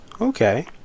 Okay